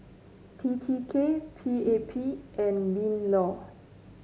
T T K P A P and Minlaw